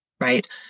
right